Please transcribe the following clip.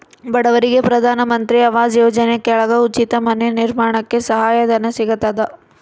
ಬಡವರಿಗೆ ಪ್ರಧಾನ ಮಂತ್ರಿ ಆವಾಸ್ ಯೋಜನೆ ಕೆಳಗ ಉಚಿತ ಮನೆ ನಿರ್ಮಾಣಕ್ಕೆ ಸಹಾಯ ಧನ ಸಿಗತದ